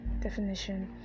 definition